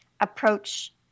approach